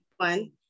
One